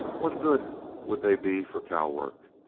what good would they be for cow-work?